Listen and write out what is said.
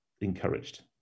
encouraged